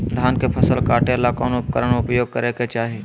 धान के फसल काटे ला कौन उपकरण उपयोग करे के चाही?